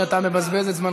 אדוני, אתה מבזבז את זמנך.